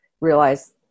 realize